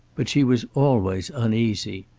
but she was always uneasy.